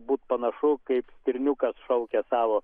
būi panašu kaip stirniukas šaukia savo